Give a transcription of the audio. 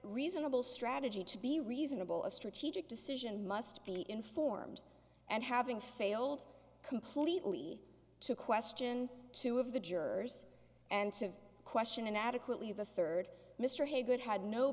reasonable strategy to be reasonable a strategic decision must be informed and having failed completely to question two of the jurors and to question inadequately the third mr haygood had no